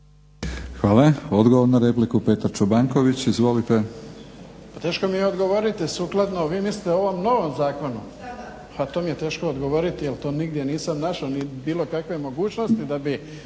(HNS)** Odgovor na repliku, Petar Čobanković. Izvolite. **Čobanković, Petar (HDZ)** Teško mi je odgovoriti. Sukladno vi mislite o ovom novom zakonu, to mi je teško odgovoriti jer to nigdje nisam našao ni bilo kakve mogućnosti da bi